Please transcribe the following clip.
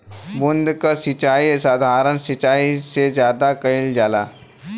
बूंद क सिचाई साधारण सिचाई से ज्यादा कईल जाला